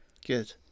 Good